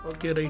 Okay